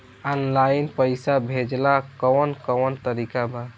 Online पइसा भेजेला कवन कवन तरीका बा?